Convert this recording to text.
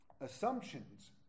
Assumptions